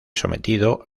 sometido